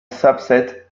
subset